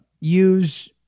use